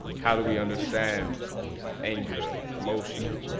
how do we understand anger, emotion?